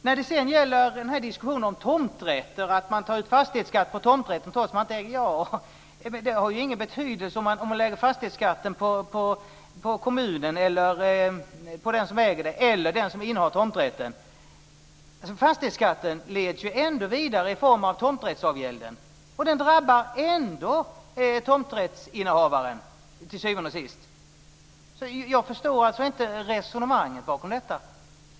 När det gäller diskussionen om tomträtter - att fastighetsskatt tas ut på tomträtt trots att man inte är ägare - har det ingen betydelse om fastighetsskatten läggs på kommunen, på ägaren, eller på den som innehar tomträtten. Fastighetsskatten leds ju ändå vidare i form av tomträttsavgälden och drabbar till syvende och sist tomträttsinnehavaren. Jag förstår inte resonemanget bakom detta.